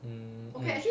mm mm